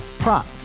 Prop